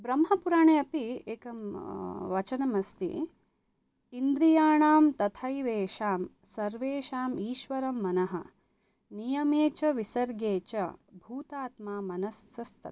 ब्रह्मपुराणे अपि एकं वचनमस्ति इन्द्रियाणां तथैवेषां सर्वेषाम् ईश्वरं मनः नियमे च विसर्गे च भूतात्मा मनसस्तथा